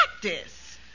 practice